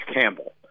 Campbell